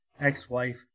ex-wife